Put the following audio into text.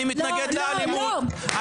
אני מתנגד לאלימות,